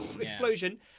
explosion